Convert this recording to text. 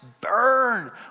burn